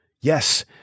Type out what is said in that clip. Yes